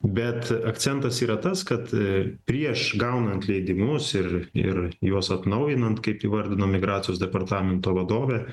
bet akcentas yra tas kad prieš gaunant leidimus ir ir juos atnaujinant kaip įvardino migracijos departamento vadovė